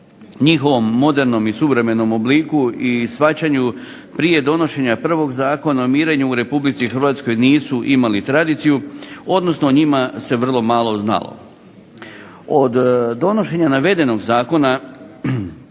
njihovom modernom i suvremenom obliku i shvaćanju prije donošenje prvo Zakon o mirenju u RH nisu imali tradiciju odnosno o njima se vrlo malo znalo. Od donošenja navedenog zakona